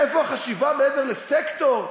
איפה החשיבה מעבר לסקטור?